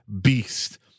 beast